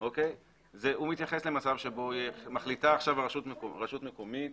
הוא מתייחס למצב שבו מחליטה עכשיו רשות מקומית